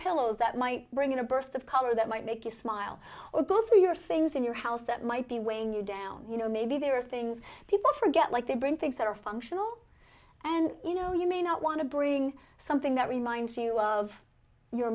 pillows that might bring in a burst of color that might make you smile or both of your things in your house that might be weighing you down you know maybe there are things people forget like they bring things that are functional and you know you may not want to bring something that reminds you of your